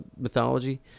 mythology